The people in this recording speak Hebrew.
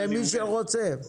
למי שרוצה.